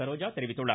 சரோஜா தெரிவித்துள்ளார்